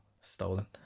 stolen